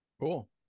Cool